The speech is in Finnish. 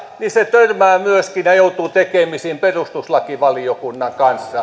törmää ja joutuu tekemisiin myöskin perustuslakivaliokunnan kanssa ja nyt